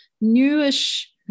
newish